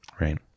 Right